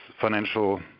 financial